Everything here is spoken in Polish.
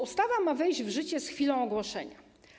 Ustawa ma wejść w życie z chwilą ogłoszenia.